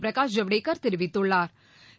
பிரகாஷ் ஜவ்டேகள் தெரிவித்துள்ளாா்